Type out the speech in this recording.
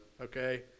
okay